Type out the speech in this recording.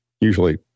usually